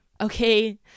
Okay